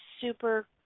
super